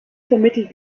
vermittelt